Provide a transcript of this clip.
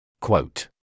Quote